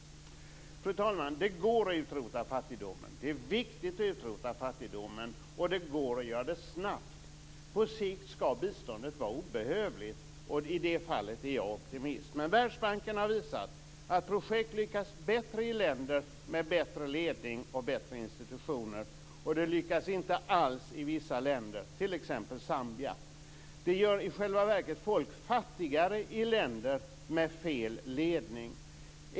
Fru talman! Det går att utrota fattigdomen. Det är viktigt att utrota fattigdomen. Det går att göra det snabbt. På sikt skall biståndet vara obehövligt. I det fallet är jag optimist. Världsbanken har visat att projekt lyckas bättre i länder med bättre ledning och bättre institutioner. De lyckas inte alls i vissa länder, t.ex. Zambia. Folk i länder med fel ledning blir fattigare.